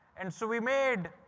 and so we made,